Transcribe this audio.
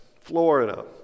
Florida